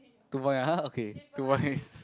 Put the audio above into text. two points !huh! okay two points